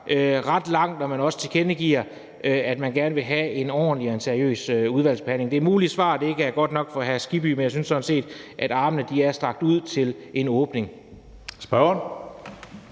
ret langt, når man også tilkendegiver, at man gerne vil have en ordentlig og seriøs udvalgsbehandling. Det er muligt, at svaret ikke er godt nok for hr. Hans Kristian Skibby, men jeg synes sådan set, at armene er strakt ud til en åbning.